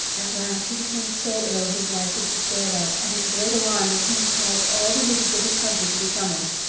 at last he became so ill his life was despaired of, and in great alarm the king caused all the wizards of his country to be summoned.